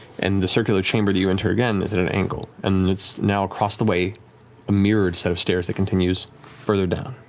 and the circular chamber that you enter again is at an angle, and there's now across the way a mirrored set of stairs that continues further down